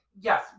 yes